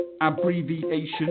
abbreviation